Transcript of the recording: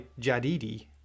Jadidi